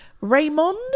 Raymond